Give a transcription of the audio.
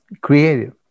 creative